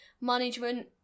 management